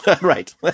Right